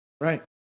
Right